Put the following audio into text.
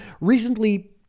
recently